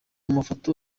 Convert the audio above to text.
mafoto